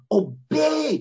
obey